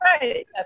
Right